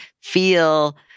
feel